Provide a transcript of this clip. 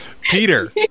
Peter